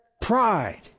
pride